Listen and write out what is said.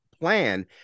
plan